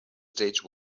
stage